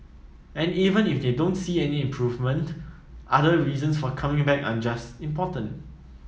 and even if they don't see any improvement other reasons for coming back are just important